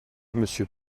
monsieur